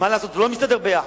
אדוני היושב-ראש, תראה,